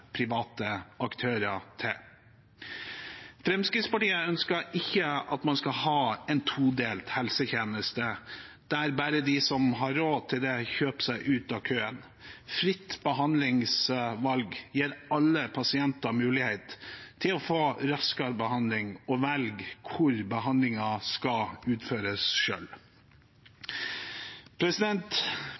private aktører til. Fremskrittspartiet ønsker ikke at man skal ha en todelt helsetjeneste, der bare de som har råd til det, kjøper seg ut av køen. Fritt behandlingsvalg gir alle pasienter mulighet til å få raskere behandling og selv velge hvor behandlingen skal utføres.